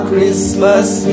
Christmas